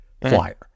flyer